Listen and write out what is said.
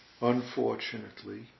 unfortunately